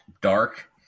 dark